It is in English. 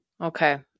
Okay